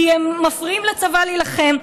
כי הם מפריעים לצבא להילחם.